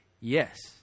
yes